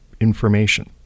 information